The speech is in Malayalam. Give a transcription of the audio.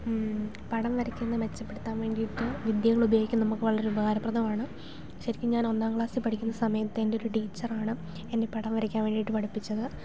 പടം വരയ്ക്കുന്നത് മെച്ചപ്പെടുത്താൻ വേണ്ടിയിട്ട് വിദ്യകൾ ഉപയോഗിക്കുന്നത് നമുക്ക് വളരെ ഉപകാരപ്രദമാണ് ശരിക്കും ഞാൻ ഒന്നാം ക്ലാസ്സിൽ പഠിക്കുന്ന സമയത്ത് എൻ്റെ ഒരു ടീച്ചർ ആണ് എന്നെ പടം വരയ്ക്കാൻ വേണ്ടിയിട്ട് പഠിപ്പിച്ചത്